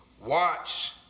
watch